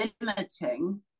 limiting